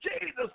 Jesus